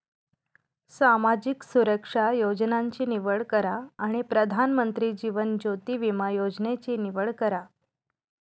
सामाजिक सुरक्षा योजनांची निवड करा आणि प्रधानमंत्री जीवन ज्योति विमा योजनेची निवड करा